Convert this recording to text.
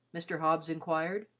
mr. hobbs inquired.